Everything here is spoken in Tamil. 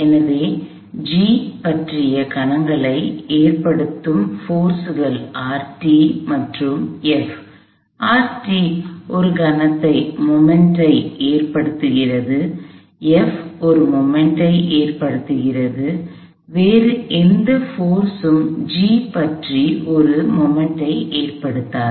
எனவே G பற்றிய கணங்களை ஏற்படுத்தும் சக்திகள் மற்றும் F ஒரு கணத்தை ஏற்படுத்துகிறது F ஒரு கணத்தை ஏற்படுத்துகிறது வேறு எந்த சக்தியும் G பற்றி ஒரு கணத்தை ஏற்படுத்தாது